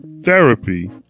therapy